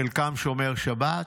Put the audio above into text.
חלקם שומרי שבת.